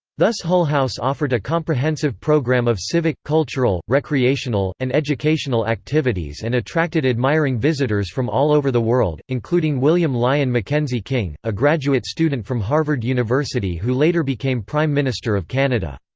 thus hull house offered a comprehensive program of civic, cultural, recreational, and educational activities and attracted admiring visitors from all over the world, including william lyon mackenzie king, a graduate student from harvard university who later became prime minister of canada.